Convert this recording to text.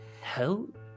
Help